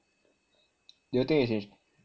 you think is in~